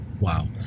Wow